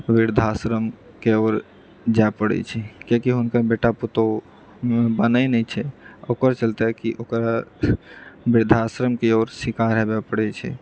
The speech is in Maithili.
वृद्धाश्रमके ओर जाए पड़ैत छै किएकि हुनकर बेटा पुतहुँमे बनै नहि छै ओकर चलते कि ओकर वृद्धाश्रम की ओर शिकार हेबै पड़ै छै